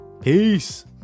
Peace